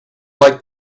like